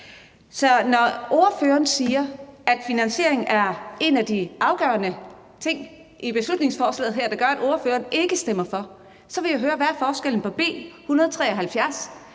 når ordføreren siger, at finansieringen er en af de afgørende ting i beslutningsforslaget her, der gør, at ordføreren ikke stemmer for, vil jeg høre, hvad forskellen er i